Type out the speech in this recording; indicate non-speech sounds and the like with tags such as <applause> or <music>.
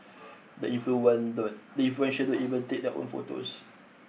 <noise> the <unintelligible> influential don't even take their own photos